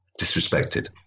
disrespected